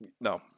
no